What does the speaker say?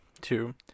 two